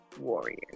warriors